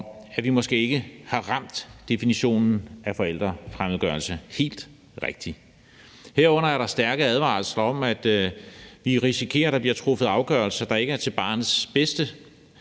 at vi måske ikke har ramt definitionen af forældrefremmedgørelse helt rigtigt. Der er herunder stærke advarsler om, at vi risikerer, at der bliver truffet afgørelser, der ikke er til barnets bedste,